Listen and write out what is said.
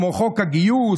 כמו חוק הגיוס.